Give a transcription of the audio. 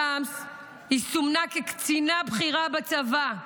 שם היא סומנה כקצינה בכירה בצבא,